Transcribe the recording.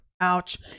ouch